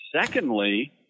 secondly